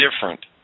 different